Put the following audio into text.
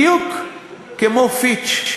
בדיוק כמו "פיץ'".